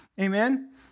Amen